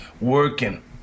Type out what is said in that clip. working